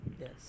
yes